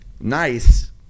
nice